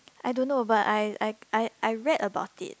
I don't know but I I I I read about it